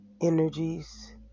energies